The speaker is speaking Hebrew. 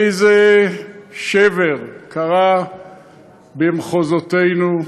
איזה שבר, קרה במחוזותינו,